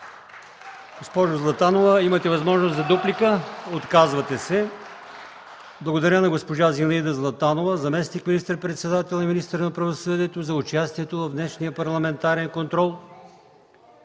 Госпожо Златанова, имате възможност за дуплика. Отказвате се. Благодаря на госпожа Зинаида Златанова – заместник министър-председател и министър на правосъдието, за участието й в днешния парламентарен контрол.